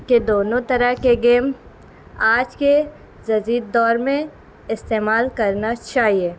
کہ دونوں طرح کے گیم آج کے جدید دور میں استعمال کرنا چاہیے